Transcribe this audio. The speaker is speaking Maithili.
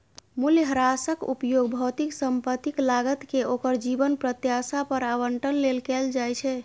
मूल्यह्रासक उपयोग भौतिक संपत्तिक लागत कें ओकर जीवन प्रत्याशा पर आवंटन लेल कैल जाइ छै